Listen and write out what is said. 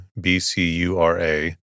BCURA